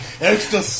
Extra